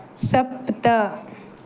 सप्त